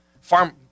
farm